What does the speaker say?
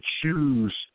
choose